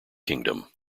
kingdom